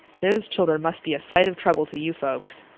those children must be a sight of trouble to you folks.